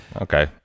Okay